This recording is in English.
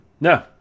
No